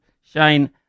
Shane